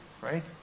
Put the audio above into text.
right